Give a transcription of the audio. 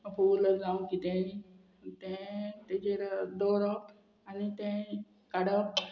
फूल जावं कितेंय तें तेजेर दवरप आनी तें काडप